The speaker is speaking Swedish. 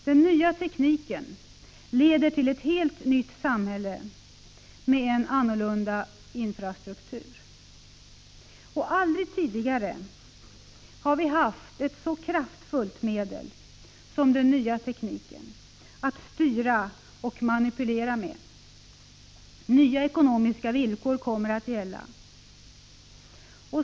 Den nya tekniken leder till ett helt nytt samhälle med en annan infrastruktur. Aldrig tidigare har vi haft ett så kraftfullt medel som den nya tekniken att styra och manipulera med. Nya ekonomiska villkor kommer att gälla.